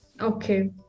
Okay